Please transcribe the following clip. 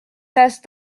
tasses